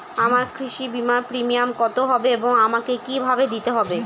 আমার কৃষি বিমার প্রিমিয়াম কত হবে এবং আমাকে কি ভাবে দিতে হবে?